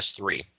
S3